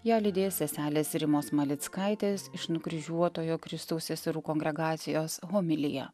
ją lydės seselės rimos malickaitės iš nukryžiuotojo kristaus seserų kongregacijos homilija